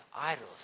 idols